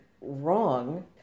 wrong